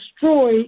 destroy